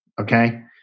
Okay